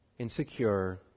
Insecure